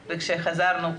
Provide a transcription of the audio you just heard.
וכשחזרנו,